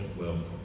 welcome